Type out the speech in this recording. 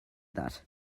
that